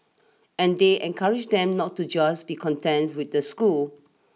and they encourage them not to just be content with the school